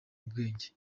ubwenge